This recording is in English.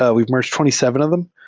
ah we merged twenty seven of them.